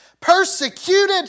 Persecuted